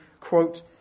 quote